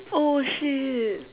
oh shit